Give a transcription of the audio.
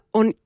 on